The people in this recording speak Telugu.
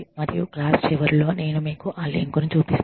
మరియు క్లాస్ చివరిలో నేను మీకు ఆ లింక్ను చూపిస్తాను